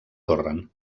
torren